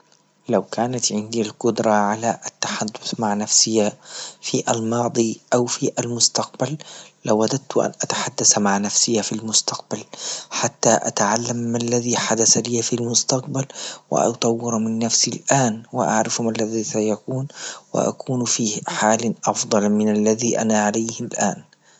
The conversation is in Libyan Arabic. لو كانت عندي قدرة على التحدث مع نفسية في الماضي أو في المستقبل لو وددت أن أتحدس مع نفسي في المستقبل حتى اتعلم ما الذي حدث لي في المستقبل وأطور من نفسي الآن وأعرف ما الذي سيكون وأكون فيه حالا أفضل من اللذي أنا عليه الآن.